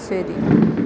ശരി